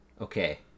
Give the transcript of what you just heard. okay